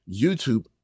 YouTube